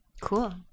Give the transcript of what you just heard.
Cool